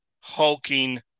hulking